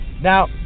Now